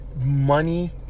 money